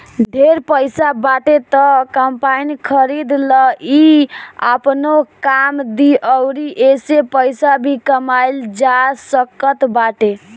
ढेर पईसा बाटे त कम्पाईन खरीद लअ इ आपनो काम दी अउरी एसे पईसा भी कमाइल जा सकत बाटे